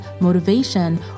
motivation